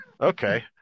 okay